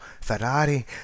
Ferrari